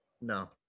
No